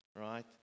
Right